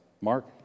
Mark